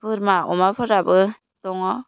बोरमा अमाफोराबो दङ